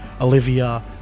Olivia